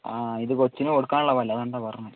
ആ ഇത് കൊച്ചിന് കൊടുക്കാനുള്ള പാലാണ് അതുകൊണ്ടാണ് പറഞ്ഞത്